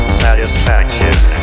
satisfaction